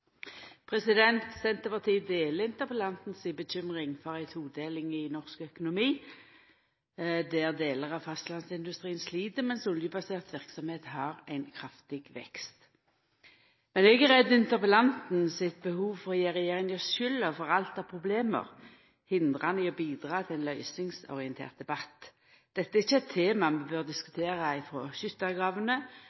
Senterpartiet deler interpellantens bekymring for ei todeling av norsk økonomi, der delar av fastlandsindustrien slit mens oljebasert verksemd har ein kraftig vekst. Men eg er redd interpellantens behov for å gje regjeringa skulda for alle problem hindrar han i å bidra til ein løysingsorientert debatt. Dette er ikkje eit tema vi bør